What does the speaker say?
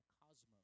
cosmos